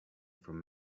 from